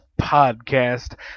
Podcast